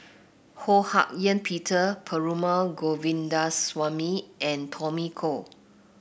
Ho Hak Ean Peter Perumal Govindaswamy and Tommy Koh